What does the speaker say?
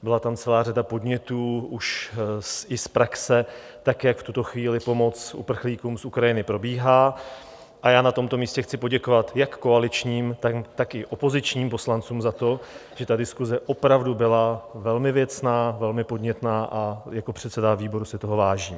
Byla tam celá řada podnětů už i z praxe, tak jak v tuto chvíli pomoc uprchlíkům z Ukrajiny probíhá, a já na tomto místě chci poděkovat jak koaličním, tak i opozičním poslancům za to, že ta diskuse opravdu byla velmi věcná, velmi podnětná, a jako předseda výboru si toho vážím.